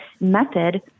method